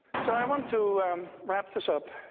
so i want to wrap this up.